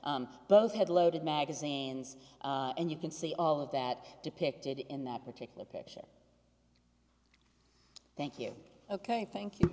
both had loaded magazines and you can see all of that depicted in that particular picture thank you ok thank you